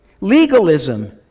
Legalism